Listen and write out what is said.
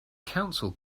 council